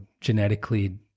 genetically